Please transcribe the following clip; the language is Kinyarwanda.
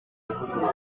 ivugururwa